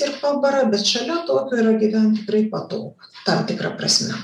ir pabara bet šalia tokio yra gyvent tikrai patogu tam tikra prasme